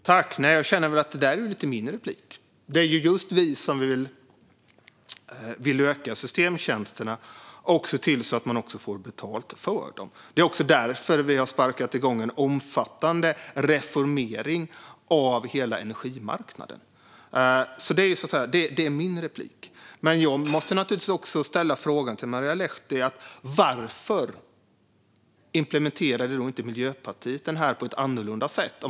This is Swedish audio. Fru talman! Jag kände att det där lite grann var min replik. Det är ju vi som vill öka systemtjänsterna och se till att man får betalt för dem. Det är också därför vi har sparkat igång en omfattande reformering av hela energimarknaden. Det var min replik. Jag måste naturligtvis fråga Marielle Lahti: Varför implementerade inte Miljöpartiet detta på ett annorlunda sätt?